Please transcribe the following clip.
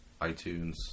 iTunes